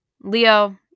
Leo